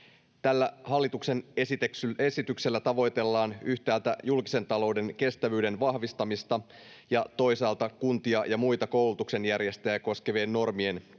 hallituksen esityksellä tavoitellaan yhtäältä julkisen talouden kestävyyden vahvistamista ja toisaalta kuntia ja muita koulutuksen järjestäjiä koskevien normien keventämistä.